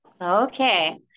Okay